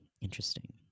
interesting